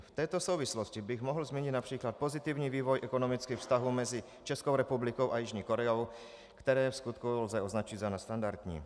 V této souvislosti bych mohl zmínit například pozitivní vývoj ekonomických vztahů mezi Českou republikou a Jižní Koreou, které lze vskutku označit za nadstandardní.